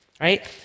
Right